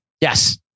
Yes